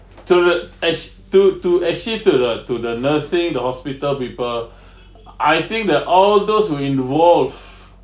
to the actu~ to to actually to the to the nursing the hospital people I think the all those who involve